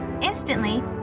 Instantly